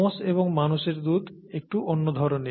মোষ এবং মানুষের দুধ একটু অন্য ধরনের